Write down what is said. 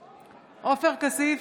כסיף,